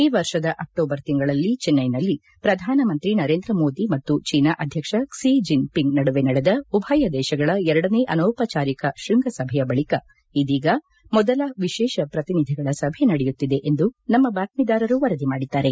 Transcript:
ಈ ವರ್ಷದ ಅಕ್ಟೋಬರ್ ತಿಂಗಳಲ್ಲಿ ಚೆನ್ನೈನಲ್ಲಿ ಪ್ರಧಾನಮಂತ್ರಿ ನರೇಂದ್ರ ಮೋದಿ ಮತ್ತು ಚೀನಾ ಅಧ್ಯಕ್ಷ ಕ್ಷಿ ಜಿನ್ಪಿಂಗ್ ನಡುವೆ ನಡೆದ ಉಭಯ ದೇಶಗಳ ಎರಡನೇ ಅನೌಪಚಾರಿಕ ಶ್ವಂಗ ಸಭೆಯ ಬಳಿಕ ಇದೀಗ ಮೊದಲ ವಿಶೇಷ ಪ್ರತಿನಿಧಿಗಳ ಸಭೆ ನಡೆಯುತ್ತಿದೆ ಎಂದು ನಮ್ನ ಬಾತ್ತೀದಾರರು ವರದಿ ಮಾಡಿದ್ದಾರೆ